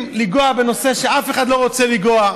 לנגוע בנושא שאף אחד לא רוצה לנגוע בו?